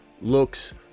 looks